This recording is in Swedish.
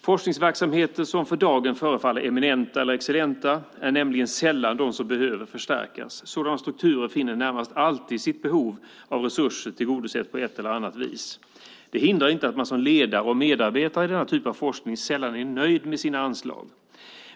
Forskningsverksamheter som för dagen förefaller eminenta eller excellenta är nämligen sällan de som behöver förstärkas. Sådana strukturer finner närmast alltid sitt behov av resurser tillgodosett på ett eller annat vis. Det hindrar inte att man som ledare och medarbetare i denna typ av forskning sällan är nöjd med sina anslag.